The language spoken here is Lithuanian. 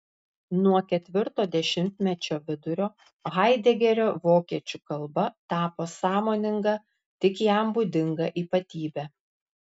nuo ketvirto dešimtmečio vidurio haidegerio vokiečių kalba tapo sąmoninga tik jam būdinga ypatybe